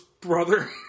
brother